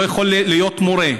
לא יכול להיות מורה.